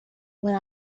when